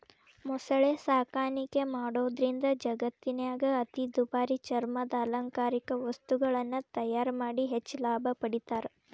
ಮೊಸಳೆ ಸಾಕಾಣಿಕೆ ಮಾಡೋದ್ರಿಂದ ಜಗತ್ತಿನ್ಯಾಗ ಅತಿ ದುಬಾರಿ ಚರ್ಮದ ಅಲಂಕಾರಿಕ ವಸ್ತುಗಳನ್ನ ತಯಾರ್ ಮಾಡಿ ಹೆಚ್ಚ್ ಲಾಭ ಪಡಿತಾರ